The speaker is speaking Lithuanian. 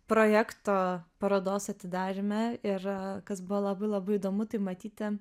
projekto parodos atidaryme ir kas buvo labai labai įdomu tai matyti